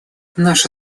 наша